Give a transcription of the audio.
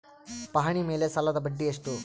ಪಹಣಿ ಮೇಲೆ ಸಾಲದ ಬಡ್ಡಿ ಎಷ್ಟು?